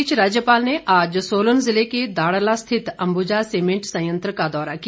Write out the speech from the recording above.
इस बीच राज्यपाल ने आज सोलन जिले के दाड़ला स्थित अंबुजा सीमेट संयंत्र का द्वौरा किया